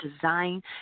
design